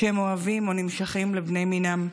שהם אוהבים או נמשכים לבני מינם,